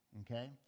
okay